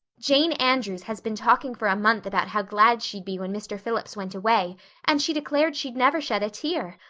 jane andrews has been talking for a month about how glad she'd be when mr. phillips went away and she declared she'd never shed a tear.